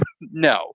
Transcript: no